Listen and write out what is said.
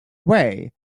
away